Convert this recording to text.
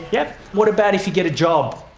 yeah what about if you get a job?